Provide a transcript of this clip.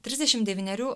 trisdešimt devynerių